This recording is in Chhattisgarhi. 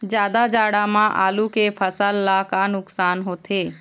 जादा जाड़ा म आलू के फसल ला का नुकसान होथे?